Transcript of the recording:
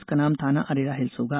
इसका नाम थाना अरेरा हिल्स होगा